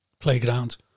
playground